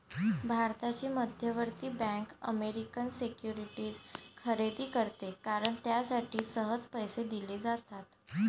भारताची मध्यवर्ती bank American securities खरेदी करते कारण त्यासाठी सहज पैसे दिले जातात